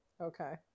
Okay